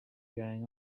going